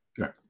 Okay